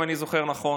אם אני זוכר נכון,